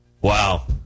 Wow